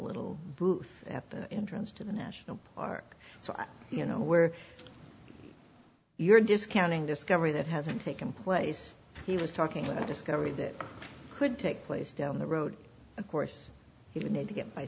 little booth at the entrance to the national are so you know where you're discounting discovery that hasn't taken place he was talking about discovery that could take place down the road of course you need to get